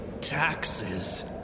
Taxes